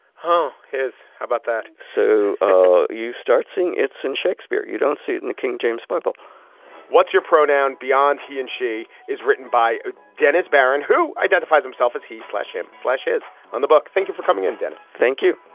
how his. how but that. so ah you start saying it's in shakespeare, you don't see it in the king james bible what's your pronoun beyond. he and she. is written by ah dennis barron, who identifies himself as he slash him slash is on the book. thank you for coming in, dennis. thank you